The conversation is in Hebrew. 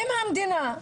אם המדינה,